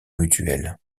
mutuel